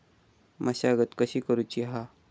मशागत कशी करूची हा?